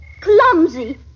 Clumsy